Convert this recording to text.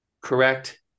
correct